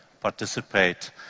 participate